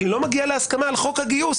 כי היא לא מגיעה להסכמה על חוק הגיוס,